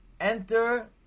Enter